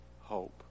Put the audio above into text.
hope